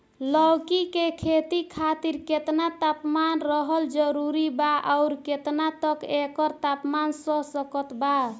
लौकी के खेती खातिर केतना तापमान रहल जरूरी बा आउर केतना तक एकर तापमान सह सकत बा?